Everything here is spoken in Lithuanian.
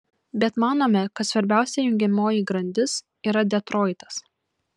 bet manome kad svarbiausia jungiamoji grandis yra detroitas